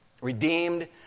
Redeemed